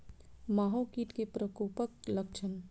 माहो कीट केँ प्रकोपक लक्षण?